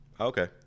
okay